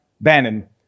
Bannon